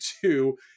two